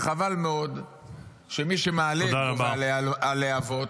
וחבל מאוד שמי שמעלה את גובה הלהבות